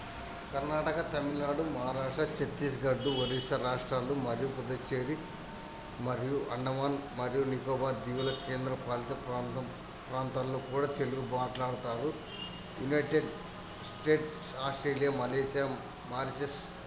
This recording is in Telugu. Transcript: కర్ణాటక తమిళనాడు మహారాష్ట్ర ఛత్తీస్గఢ్ ఒరిస్సా రాష్ట్రాలు మరియు పుదుచ్చేరి మరియు అండమాన్ మరియు నికోబార్ దీవుల కేంద్ర పాలిత ప్రాంతం ప్రాంతాల్లో కూడా తెలుగు మాట్లాడతారు United States Australia Malaysia Mauritius